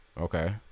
Okay